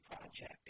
project